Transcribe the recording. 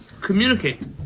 communicate